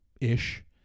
ish